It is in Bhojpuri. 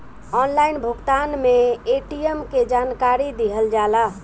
ऑनलाइन भुगतान में ए.टी.एम के जानकारी दिहल जाला?